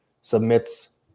submits –